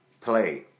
Play